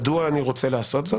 מדוע אני רוצה לעשות זאת.